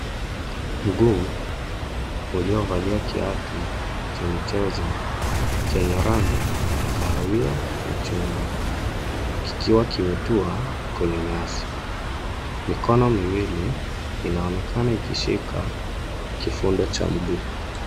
Mguu ulio valia kiatu cha michezo chenye rangi ya kahawia chungu kikiwa kimetua kwenye nyasi. Mikono miwili inaonekana ikishika kifunda cha mguu.